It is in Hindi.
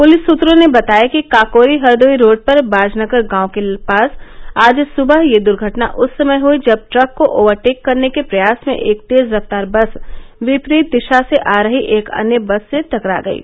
पुलिस सूत्रों ने बताया कि काकोरी हरदोई रोड पर बाजनगर गांव के पास आज सुबह यह दुर्घटना उस समय हुयी जब ट्रक को ओवरटेक करने के प्रयास में एक तेज रफ्तार बस विपरीत दिशा से आ रही एक अन्य बस से टकरा गयी